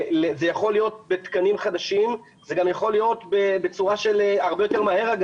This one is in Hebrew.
זה יכול להיות בתקנים חדשים וגם יכול להיות הרבה יותר מהר,